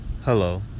Hello